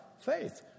faith